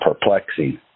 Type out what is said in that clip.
perplexing